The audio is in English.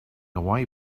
away